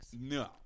No